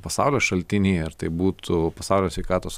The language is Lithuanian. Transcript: pasaulio šaltiniai ar tai būtų pasaulio sveikatos